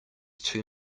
too